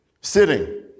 sitting